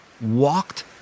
walked